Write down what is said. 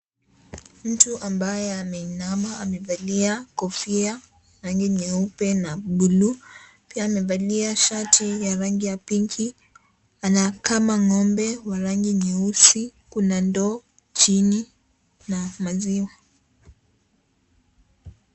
Mtu ambaye ameinama amevalia kofia rangi nyeupe na buluu pia amevalia shati ya rangi ya (cs) pinki (cs) anakama ng'ombe wa rangi nyeusi kuna ndoo chini na maziwa.